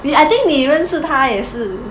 你 I think 你认识他也是